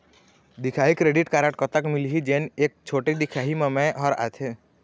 दिखाही credit card कतक मिलही जोन एक छोटे दिखाही म मैं हर आथे?